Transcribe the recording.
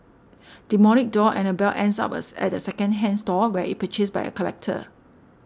demonic doll Annabelle ends up as a at a second hand store where it purchased by a collector